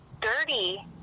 dirty